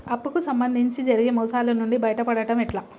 అప్పు కు సంబంధించి జరిగే మోసాలు నుండి బయటపడడం ఎట్లా?